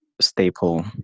staple